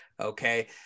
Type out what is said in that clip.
Okay